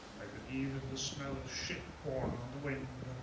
i believe in the smell of shit borne on the wind.